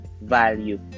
value